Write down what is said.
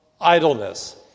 idleness